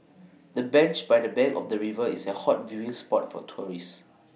the bench by the bank of the river is A hot viewing spot for tourists